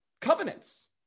covenants